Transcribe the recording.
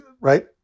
right